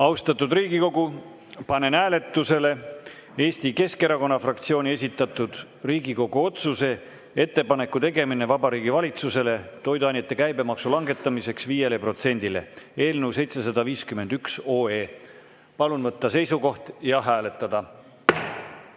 Austatud Riigikogu, panen hääletusele Eesti Keskerakonna fraktsiooni esitatud Riigikogu otsuse "Ettepaneku tegemine Vabariigi Valitsusele toiduainete käibemaksu langetamiseks 5-le protsendile" eelnõu 751. Palun võtta seisukoht ja hääletada!